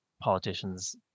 politicians